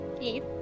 Yes